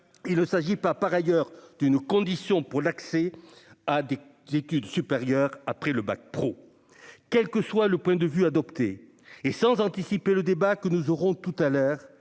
il s'agit d'une condition pour accéder aux études supérieures après le bac pro. Quel que soit le point de vue et sans anticiper le débat que nous aurons tout à l'heure,